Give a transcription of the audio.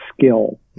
skill